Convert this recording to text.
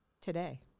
today